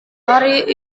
hari